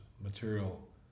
material